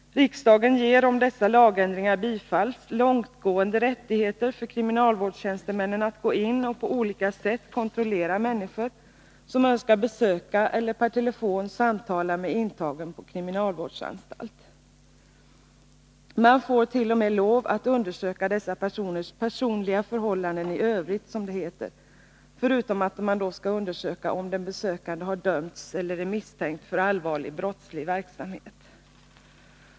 Riksdagen ger, om dessa lagändringar bifalls, kriminalvårdstjänstemännen långtgående rättigheter att gå in och på olika sätt kontrollera människor som önskar besöka eller per telefon samtala med intagen på kriminalvårdsanstalt. Man får t.o.m. lov att undersöka dessa personers personliga förhållanden i övrigt, som det heter, förutom att man skall undersöka om den besökande har dömts eller är misstänkt för allvarlig brottslig verksamhet.